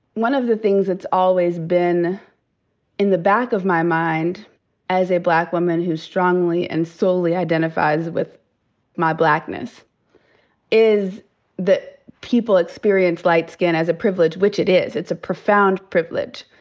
one of the things that's always been in the back of my mind as a black woman who strongly and solely identifies with my blackness is that people experience light skin as a privilege, which it is. it's a profound privilege.